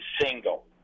single